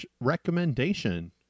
recommendation